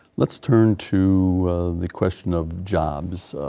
let's turn to the question of jobs,